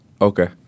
Okay